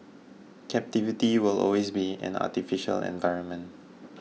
captivity will always be an artificial environment